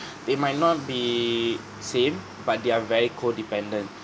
they might not be same but they are very codependent